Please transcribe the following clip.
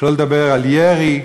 שלא לדבר על ירי,